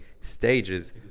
stages